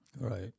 right